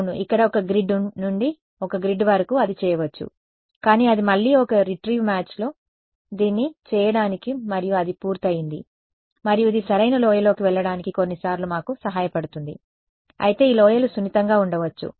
అవును ఇక్కడ ఒక గ్రిడ్ నుండి ఒక గ్రిడ్ వరకు అది చేయవచ్చు కానీ అది మళ్లీ ఒక రీట్రీవ్ మ్యాచ్లో దీన్ని చేయడానికి మరియు అది పూర్తయింది మరియు ఇది సరైన లోయలోకి వెళ్లడానికి కొన్నిసార్లు మాకు సహాయపడుతుంది అయితే ఈ లోయలు సున్నితంగా ఉండవచ్చు